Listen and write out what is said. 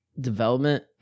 development